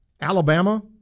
Alabama